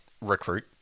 Recruit